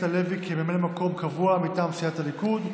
הלוי כממלא מקום קבוע מטעם סיעת הליכוד,